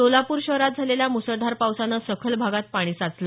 सोलापूर शहरात झालेल्या म्सळधार पावसानं सखल भागात पाणी साचलं